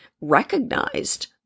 recognized